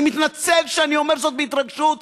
אני מתנצל שאני אומר זאת בהתרגשות,